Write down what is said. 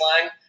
line